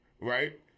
right